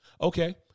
okay